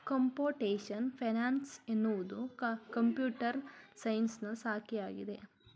computation finance ಎನ್ನುವುದು computer science ಶಾಖೆಯಾಗಿದೆ